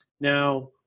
now